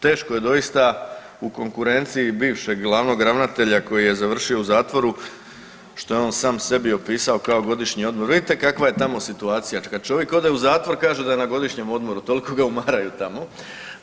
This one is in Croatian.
Teško je doista u konkurenciji bivšeg glavnog ravnatelja koji je završio u zatvoru što je on sam sebi opisao kao godišnji odmor, vidite kakva je tamo situacija, kad čovjek ode u zatvor kaže da je na godišnjem odmoru, toliko ga umaraju tamo.